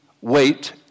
wait